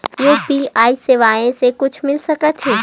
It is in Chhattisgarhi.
यू.पी.आई सेवाएं से कुछु मिल सकत हे?